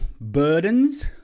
burdens